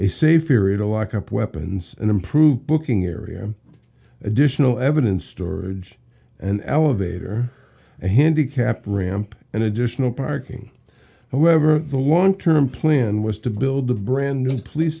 area to lock up weapons and improved booking area additional evidence storage and elevator and handicapped ramp and additional parking however the long term plan was to build a brand new police